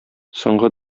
соңгы